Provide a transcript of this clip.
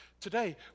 Today